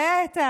בטח.